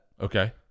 Okay